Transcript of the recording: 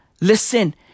Listen